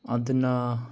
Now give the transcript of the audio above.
ꯑꯗꯨꯅ